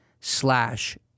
slash